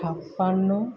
ছাপান্ন